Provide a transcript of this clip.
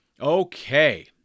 Okay